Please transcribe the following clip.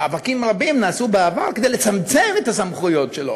מאבקים רבים נעשו בעבר כדי לצמצם את הסמכויות שלו